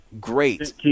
Great